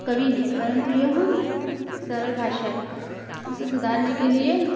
पवीन है परंतु यह सरल भाषा है उसे सुधारने के लिए